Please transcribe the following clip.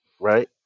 Right